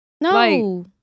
No